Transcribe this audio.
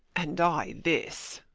and i this.